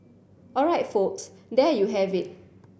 all right folks there you have it